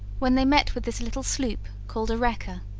when they met with this little sloop, called a wrecker